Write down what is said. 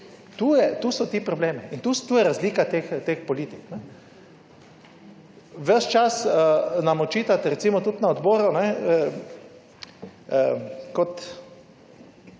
so ti problemi. In tukaj je razlika teh politik. Ves čas nam očitate, recimo tudi na odboru, kot